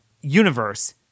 universe